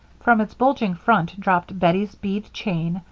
from its bulging front dropped bettie's bead chain,